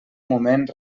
moment